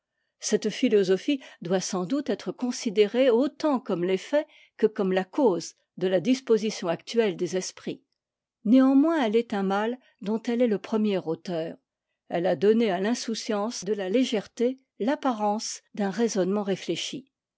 cette philosophie doit sans doute être considérée autant comme l'effet que comme la cause de la disposition actuelle des esprits néanmoins il est un mal dont elle est le premier auteur elle a donné à l'insouciance de fa légèreté l'apparence d'un raisonnement rénéehi